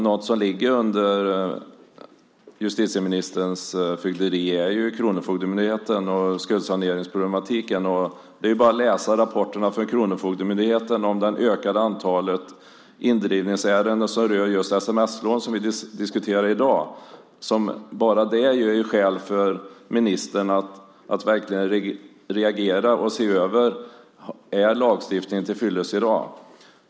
Något som ligger under justitieministerns fögderi är Kronofogdemyndigheten och skuldsaneringsproblematiken. Det är bara att läsa rapporterna från Kronofogdemyndigheten om det ökade antalet indrivningsärenden som rör just sms-lån som vi diskuterar i dag för att ge skäl för ministern att verkligen reagera och se över om lagstiftningen är tillfyllest i dag.